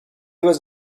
was